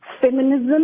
feminism